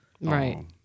Right